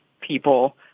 people